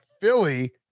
Philly